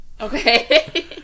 okay